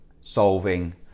solving